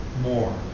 more